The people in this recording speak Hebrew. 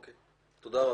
תודה.